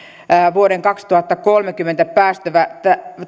vuoden kaksituhattakolmekymmentä